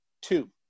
Two